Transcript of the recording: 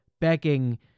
begging